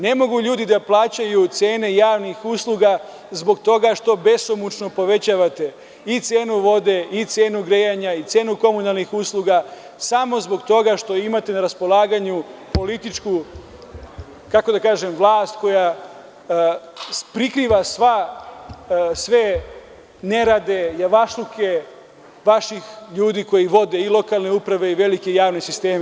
Ne mogu ljudi da plaćaju cene javnih usluga zbog toga što besumučno povećavate i cenu vode i cenu grejanja i cenu komunalnih usluga samo zbog toga što imate na raspolaganju političku, kako da kažem, vlast koja prikriva sve nerade, javašluke vaših ljudi koji vode i lokalne uprave i velike javne sisteme.